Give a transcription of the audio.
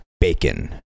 bacon